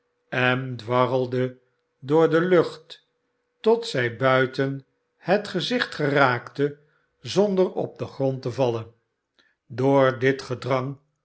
en dwarrelde door de lucht tot zij buiten het gezicht geraakte zonder op den grond te vallen door dit gedrang